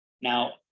Now